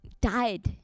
died